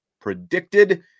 predicted